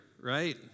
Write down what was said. right